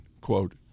quote